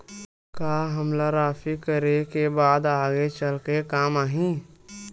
का हमला राशि करे के बाद आगे चल के काम आही?